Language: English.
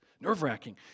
nerve-wracking